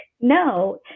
No